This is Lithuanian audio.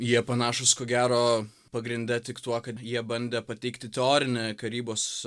jie panašūs ko gero pagrinde tik tuo kad jie bandė pateikti teorinę karybos